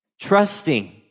trusting